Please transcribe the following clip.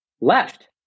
left